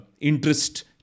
interest